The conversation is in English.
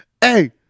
hey